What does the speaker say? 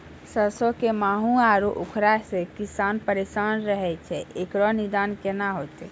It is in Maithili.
सरसों मे माहू आरु उखरा से किसान परेशान रहैय छैय, इकरो निदान केना होते?